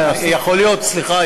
סליחה.